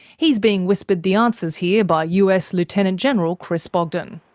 he's being whispered the answers here by us lieutenant general chris bogdan,